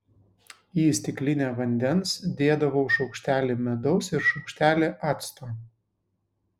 į stiklinę vandens dėdavau šaukštelį medaus ir šaukštelį acto